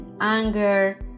anger